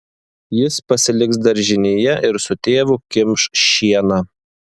jis pasiliks daržinėje ir su tėvu kimš šieną